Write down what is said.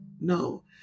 No